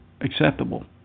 acceptable